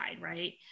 right